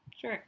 Sure